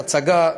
הצגה,